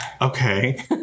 Okay